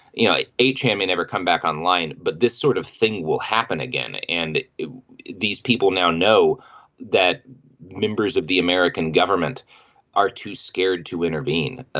you know a chat may never come back online but this sort of thing will happen again. and these people now know that members of the american government are too scared to intervene.